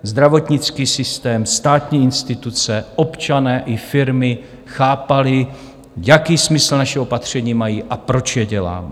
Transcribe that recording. Zdravotnický systém, státní instituce, občané i firmy chápali, jaký smysl naše opatření mají a proč je děláme.